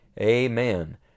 Amen